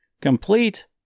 Complete